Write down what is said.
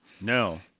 No